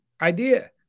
idea